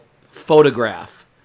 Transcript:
photograph